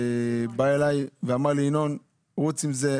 שבא אליי ואמר לי לרוץ עם זה,